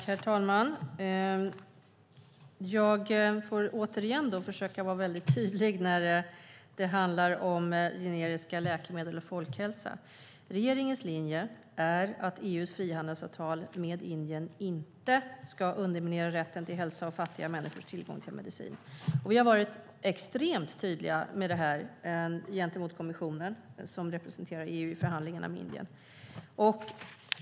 Herr talman! Jag får då återigen försöka vara väldigt tydlig när det handlar om generiska läkemedel och folkhälsa. Regeringens linje är att EU:s frihandelsavtal med Indien inte ska underminera rätten till hälsa och fattiga människors tillgång till medicin. Vi har varit extremt tydliga med detta gentemot kommissionen, som representerar EU i förhandlingarna med Indien.